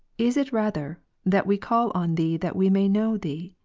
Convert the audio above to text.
is it rather, that we call on thee that we may know thee?